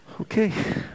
okay